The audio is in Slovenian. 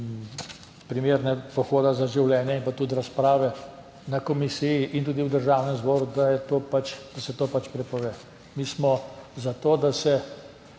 primer Pohoda za življenje in tudi razprave na komisiji in tudi v Državnem zboru, da se to pač prepove. Mi smo za to, da se